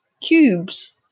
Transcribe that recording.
Cubes